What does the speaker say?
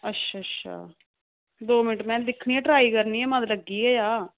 अच्छा अच्छा दौ मिंट में दिक्खनी आं ट्राई करनी आं लग्गी गै जा